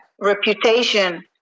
reputation